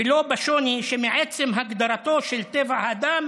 ולא בשוני, שמעצם הגדרתו של טבע האדם